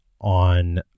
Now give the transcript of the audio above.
on